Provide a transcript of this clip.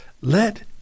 Let